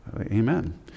amen